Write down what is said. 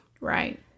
Right